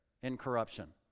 incorruption